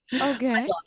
Okay